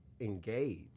engage